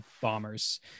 bombers